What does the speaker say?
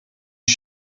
une